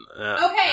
Okay